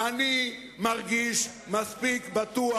אני מרגיש מספיק בטוח,